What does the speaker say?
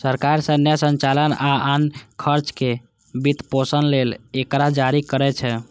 सरकार सैन्य संचालन आ आन खर्चक वित्तपोषण लेल एकरा जारी करै छै